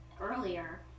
earlier